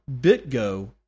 BitGo